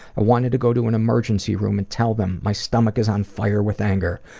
wanted to go to an emergency room and tell them my stomach is on fire with anger.